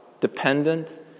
dependent